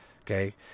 Okay